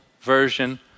version